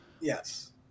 Yes